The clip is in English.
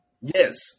Yes